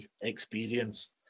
experience